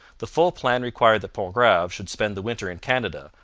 the full plan required that pontgrave should spend the winter in canada,